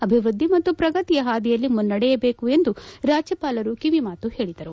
ಅಭಿವೃದ್ದಿ ಮತ್ತು ಪ್ರಗತಿಯ ಹಾದಿಯಲ್ಲಿ ಮುನ್ನಡೆಯಬೇಕು ಎಂದು ರಾಜ್ಯಪಾಲರು ಕಿವಿಮಾತು ಹೇಳಿದರು